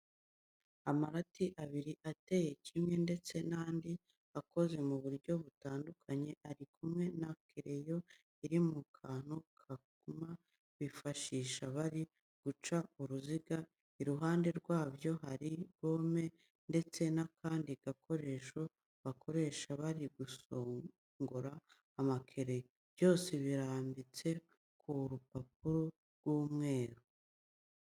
Amarati abiri ateye kimwe ndetse n'andi akoze mu buryo butandukanye ari kumwe na kereyo iri mu kantu k'akuma bifashisha bari guca uruziga, iruhande rwabyo hari gome ndetse n'akandi gakoresho bakoresha bari gusongora amakereyo. Byose birambitse ku rupapuro rw'umweru.